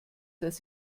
dass